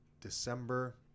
December